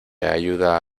ayuda